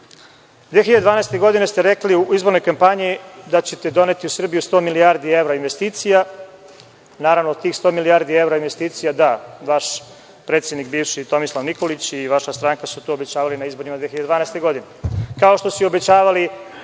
2012. ste rekli u izbornoj kampanji da ćete doneti u Srbiju 100 milijardi evra investicija. Naravno, tih 100 milijardi evra investicija, da, vaš bivši predsednik Tomislav Nikolić i vaša stranka su to obećavali na izborima 2012. godine,